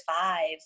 five